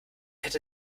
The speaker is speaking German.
hätte